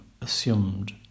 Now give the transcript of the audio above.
assumed